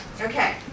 Okay